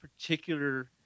particular